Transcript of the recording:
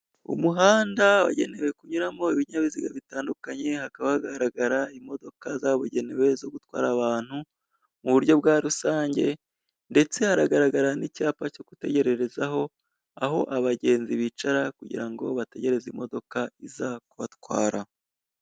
Umuhanda wagenewe kunyuramo ibinyabiziga bitandukanye, hakaba hagaragara imodoka zabugenewe zo gutwara abantu mu buryo bwa rusange, ndetse haragaragara n'ibyapa cyo gutegererezaho, aho abagenzi bicara kugira ngo bategereze imodoka iza kubatwara.